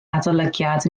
adolygiad